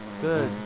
Good